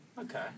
Okay